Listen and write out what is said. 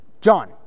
John